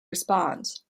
responds